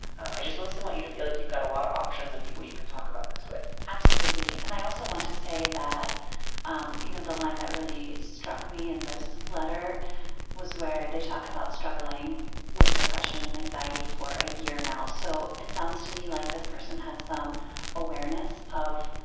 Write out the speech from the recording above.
i just mostly want you to feel like you've got a lot of options and people you can talk about this with absolutely. and i also want to say that um you know the line that really struck me in this letter was where they talk about struggling with depression and anxiety for a year now so it sounds to me like this person has some awareness of